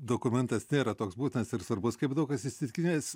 dokumentas nėra toks būtinas ir svarbus kaip daug kas įsitikinęs